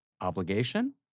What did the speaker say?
obligation